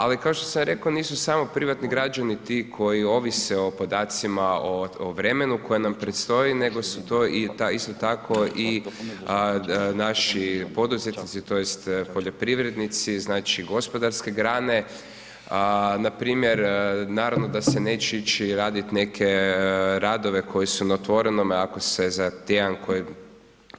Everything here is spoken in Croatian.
Ali, kao što sam rekao, nisu samo privatni građani ti koji ovise o podacima o vremenu koje nam predstoji nego su to i isto tako i naši poduzetnici, tj. poljoprivrednici, znači gospodarske grane, npr. naravno da se neće ići raditi neke radove koji su na otvorenome ako se za tjedan koji